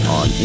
on